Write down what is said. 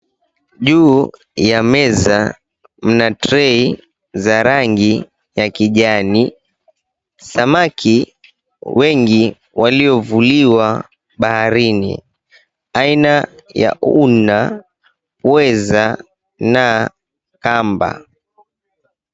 Juu ya meza mna trei za rangi ya kijani. Samaki wengi waliovuliwa baharini aina ya una, pweza na kamba.